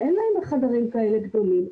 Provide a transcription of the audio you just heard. אין להם חדרים כאלה גדולים.